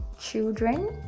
Children